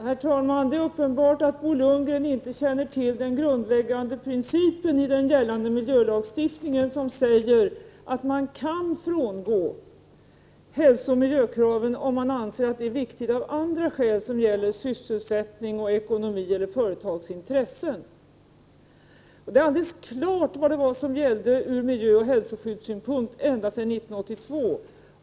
Herr talman! Det är uppenbart att Bo Lundgren inte känner till den grundläggande principen i den gällande miljölagstiftningen, nämligen att man kan frångå hälsooch miljökravet om man anser att det är viktigt av andra skäl, som gäller sysselsättning, ekonomi eller företagsintressen. Det är alldeles klart vad det var som gällde ur miljöoch hälsoskyddssynpunkt ända till 1982.